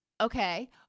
okay